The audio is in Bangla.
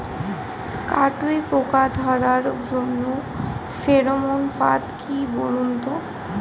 কাটুই পোকা ধরার জন্য ফেরোমন ফাদ কি বলুন তো?